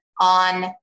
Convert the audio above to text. on